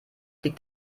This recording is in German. liegt